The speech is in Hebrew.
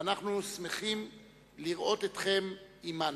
ואנחנו שמחים לראות אתכם עמנו.